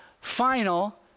final